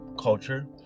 culture